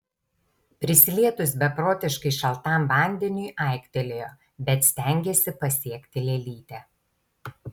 prisilietus beprotiškai šaltam vandeniui aiktelėjo bet stengėsi pasiekti lėlytę